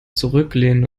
zurücklehnen